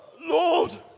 Lord